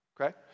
Okay